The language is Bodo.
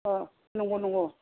अ नंगौ नंगौ